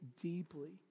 deeply